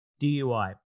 DUI